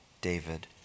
David